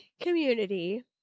community